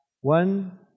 One